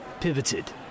pivoted